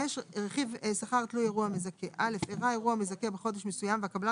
רכיב שכר תלוי אירוע מזכה 5. (א) ארע אירוע מזכה בחודש מסוים,